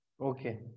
Okay